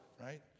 right